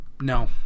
no